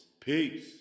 Peace